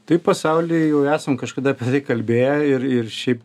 tai pasaulyje jau esam kažkada kalbėję ir ir šiaip